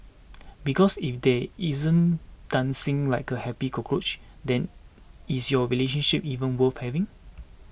because if they isn't dancing like a happy cockroach then is your relationship even worth having